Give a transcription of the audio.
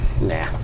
Nah